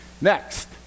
Next